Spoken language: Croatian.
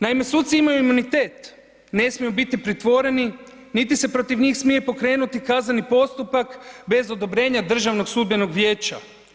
Naime, suci imaju imunitet, ne smiju biti pritvoreni, niti se protiv njih smije pokrenuti kazneni postupak bez odobrenje Državnog sudbenog vijeća.